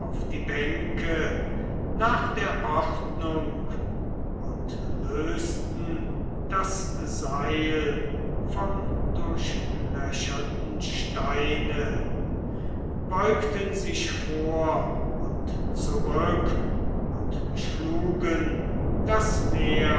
die bänke nach der ordnung und lösten das seil vom durchlöcherten steine beugten sich vor und zurück und schlugen das meer